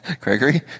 Gregory